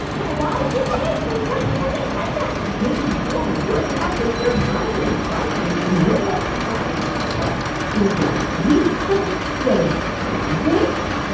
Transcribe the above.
guy ah yeah the ice cream truck before they catch us mindy, we're running off with their garbage. trust me no one's trying to catch us did you just say garbage?